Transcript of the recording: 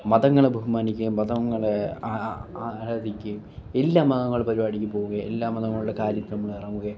മതങ്ങളെ ബഹുമാനിക്കുകയും മതങ്ങളെ ആരാധിക്കുകയും എല്ലാ മതങ്ങളെ പരിപാടിക്ക് പോവുകയും എല്ലാം മതങ്ങളുടെ കാര്യത്തിൽ നമ്മൾ ഇറങ്ങുകയും